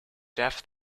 death